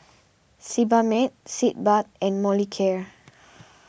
Sebamed Sitz Bath and Molicare